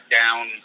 down